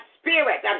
spirit